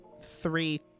three